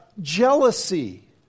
jealousy